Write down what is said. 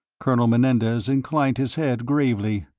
colonel menendez inclined his head gravely.